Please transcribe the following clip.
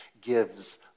gives